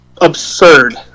absurd